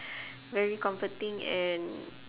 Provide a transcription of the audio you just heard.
very comforting and